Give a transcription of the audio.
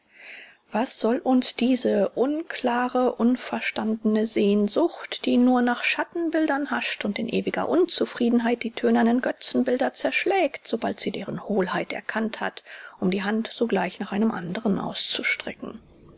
was soll uns diese unklare unverstandene sehnsucht die nur nach schattenbildern hascht und in ewiger unzufriedenheit die thönernen götzenbilder zerschlägt sobald sie deren hohlheit erkannt hat um die hand sogleich nach einem anderen auszustrecken